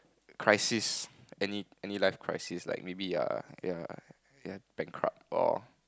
crisis any any life crisis like maybe you're you're you're bankrupt or